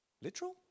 Literal